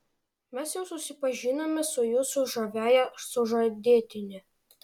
mes jau susipažinome su jūsų žaviąja sužadėtine